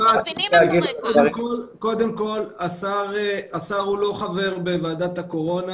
יפעת, השר אינו חבר בקבינט הקורונה.